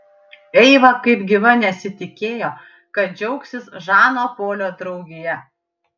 eiva kaip gyva nesitikėjo kad džiaugsis žano polio draugija